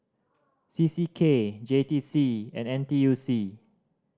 C C K J T C and N T U C